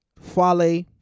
Fale